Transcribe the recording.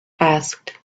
asked